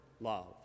love